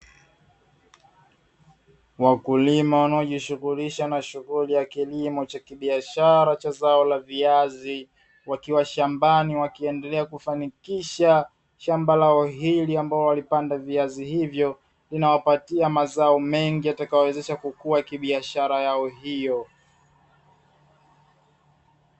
Wakulima wanaojishughulisha na shughuli ya kilimo cha kibiashara cha zao la viazi wakiwa shambani, wakiendelea kufanikisha shamba lao hili ambalo walipanda viazi hivyo linawapatia mazao mengi yatakayowezesha kukua kibiashara yao hiyo.